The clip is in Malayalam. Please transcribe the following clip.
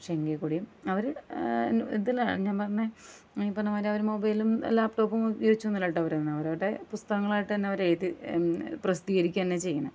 പക്ഷെ എങ്കിൽ കൂടിയും അവർ ഇതിലാണ് ഞാൻ പറഞ്ഞത് ഈ പറഞ്ഞമാതിരി അവർ മൊബൈലും ലാപ്ടോപ്പും ഉപയോഗിച്ചൊന്നുമല്ല കേട്ടോ അവർ തന്നെ അവർ അവരുടെ പുസ്തകങ്ങളായിട്ട് തന്നെ അവർ എഴുതി പ്രസിദ്ധീകരിക്കുക തന്നെ ചെയ്യുന്നത്